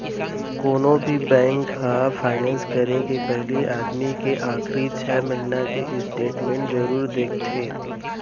कोनो भी बेंक ह फायनेंस करे के पहिली आदमी के आखरी छै महिना के स्टेट मेंट जरूर देखथे